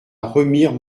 remire